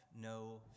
no